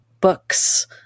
books